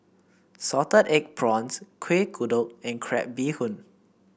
Salted Egg Prawns Kuih Kodok and Crab Bee Hoon